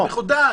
הוא מחודש.